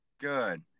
Good